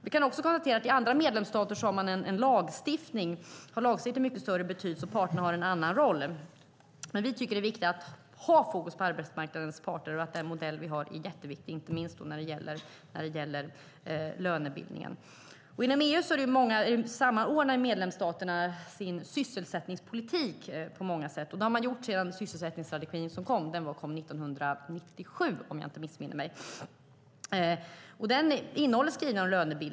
Vi kan också konstatera att i andra medlemsstater har lagstiftningen mycket större betydelse, och parterna har en annan roll. Men vi tycker att det är viktigt att ha fokus på arbetsmarknadens parter och att den modell vi har är jätteviktig, inte minst när det gäller lönebildningen. Inom EU samordnar medlemsstaterna sin sysselsättningspolitik på många sätt. Det har man gjort sedan sysselsättningsstrategin kom. Den kom 1997 om jag inte missminner mig. Den innehåller skrivningar om lönebildning.